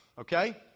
Okay